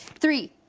three,